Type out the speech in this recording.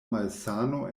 malsano